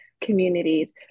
communities